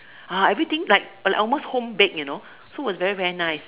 ah everything like like almost home baked you know so was very very nice